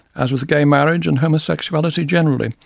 as with gay marriage and homosexuality generally,